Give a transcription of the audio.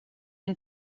une